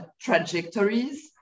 trajectories